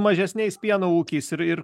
mažesniais pieno ūkiais ir ir